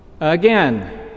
again